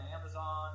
Amazon